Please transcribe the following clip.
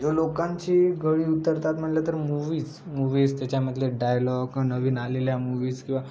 जो लोकांची घळी उतरतात म्हटलं तर मूव्हीज मुव्हीज त्याच्यामधले डायलॉग नवीन आलेल्या मुवीज किंवा